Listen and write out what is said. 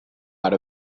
out